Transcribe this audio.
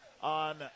on